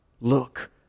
Look